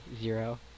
Zero